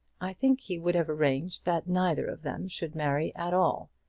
i think he would have arranged that neither of them should marry at all,